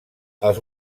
els